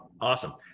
Awesome